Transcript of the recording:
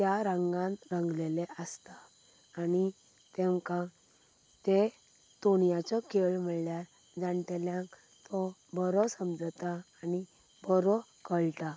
त्या रंगान रंगलेले आसता आनी तांकां तें तोणयाचो खेळ म्हणल्यार जाण्टेल्यांक तो बरो समजता आनी बरो कळटा